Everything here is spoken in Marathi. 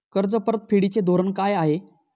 कर्ज परतफेडीचे धोरण काय आहे?